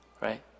right